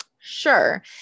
sure